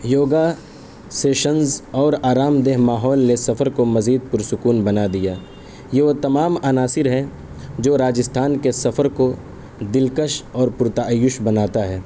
yoga sessions اور آرام دہ ماحول نے سفر کو مزید پرسکون بنا دیا یہ وہ تمام عناصر ہیں جو راجستھان کے سفر کو دلکش اور پرتعیش بناتا ہے